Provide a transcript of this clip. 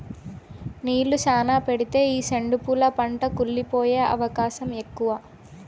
నీళ్ళు శ్యానా పెడితే ఈ సెండు పూల పంట కుళ్లి పోయే అవకాశం ఎక్కువ